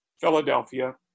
Philadelphia